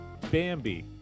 Bambi